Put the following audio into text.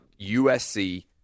USC